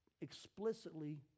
explicitly